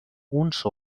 uns